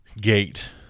gate